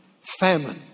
famine